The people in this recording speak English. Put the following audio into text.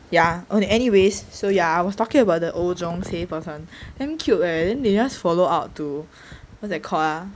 ya okay anyways so yeah I was talking about the oh jung se person damn cute leh then they just follow out to what's that call ah